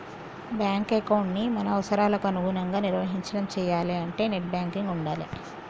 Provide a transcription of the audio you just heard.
bank ఎకౌంటుని మన అవసరాలకి అనుగుణంగా నిర్వహించడం చెయ్యాలే అంటే నెట్ బ్యాంకింగ్ ఉండాలే